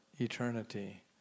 eternity